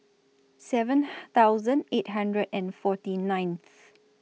seven thousand eight hundred and forty ninth